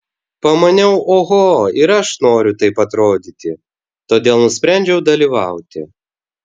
pamaniau oho ir aš noriu taip atrodyti todėl nusprendžiau dalyvauti